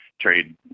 trade